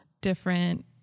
different